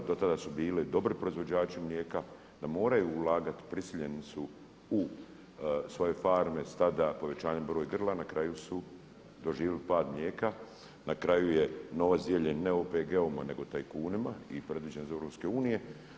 Do tada su bili dobri proizvođači mlijeka da moraju ulagati, prisiljeni su u svoje farme, stada, povećanja broja grla i na kraju su doživjeli pad mlijeka, na kraju je novac dijeljen ne OPG-ovima nego tajkunima i predviđen za EU.